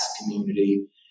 community